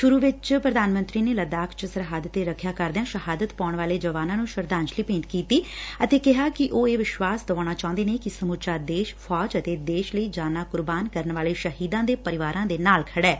ਸੂਰੂ ਚ ਪ੍ਰਧਾਨ ਮੰਤਰੀ ਨੇ ਲੱਦਾਖ ਚ ਸਰਹੱਦ ਤੇ ਰਖਿਆ ਕਰਦਿਆ ਸ਼ਹਾਦਤ ਪਾਊਣ ਵਾਲੇ ਜਵਾਨਾਂ ਨੂੰ ਸ਼ਰਧਾਂਜਲੀ ਭੇਂਟ ਕੀਤੀ ਅਤੇ ਕਿਹਾ ਕਿ ਉਹ ਇਹ ਵਿਸ਼ਵਾਸ ਦਵਾਉਣਾ ਚਾਹੂੰਦੇ ਨੇ ਕਿ ਸਮੁੱਚਾ ਦੇਸ਼ ਫੌਜ ਅਤੇ ਦੇਸ਼ ਲਈ ਜਾਨਾਂ ਕੁਰਬਾਨ ਕਰਨ ਵਾਲੇ ਸ਼ਹੀਦਾਂ ਦੇ ਪਰਿਵਾਰਾਂ ਦੇ ਨਾਲ ਖੜਾ ਐ